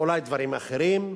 אולי דברים אחרים?